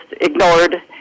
ignored